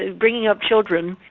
ah bringing up children,